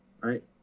right